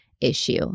issue